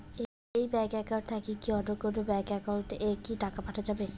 এই bank account থাকি কি অন্য কোনো ব্যাংক একাউন্ট এ কি টাকা পাঠা যাবে?